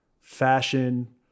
fashion